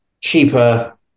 cheaper